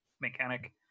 mechanic